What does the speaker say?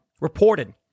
reported